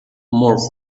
more